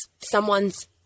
someone's